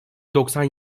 doksan